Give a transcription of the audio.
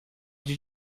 did